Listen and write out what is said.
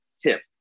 tip